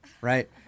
right